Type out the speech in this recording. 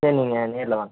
சரி நீங்கள் நேரில் வாங்க